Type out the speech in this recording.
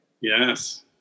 yes